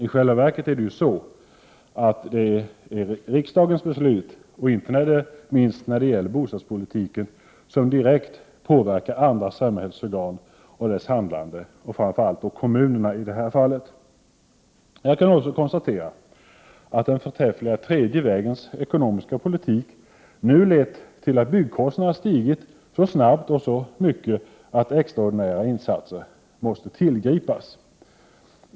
I själva verket är det riksdagens beslut, inte minst när det gäller bostadspolitiken, som direkt påverkar andra samhällsorgan och deras handlande. I det här fallet är det framför allt fråga om kommunerna. Jag kan också konstatera att den förträffliga tredje vägens ekonomiska politik nu lett till att byggkostnaderna stigit så snabbt och så mycket att extraordinära insatser måste tillgripas.